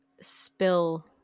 spill